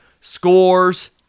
scores